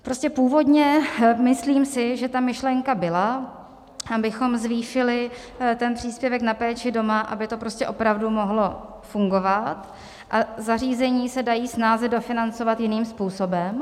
Prostě původně, myslím si, že ta myšlenka byla, abychom zvýšili příspěvek na péči doma, aby to prostě opravdu mohlo fungovat, a zařízení se dají snáze dofinancovat jiným způsobem.